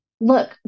Look